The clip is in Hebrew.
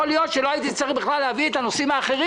יכול להיות שלא הייתי צריך בכלל להביא את הנושאים האחרים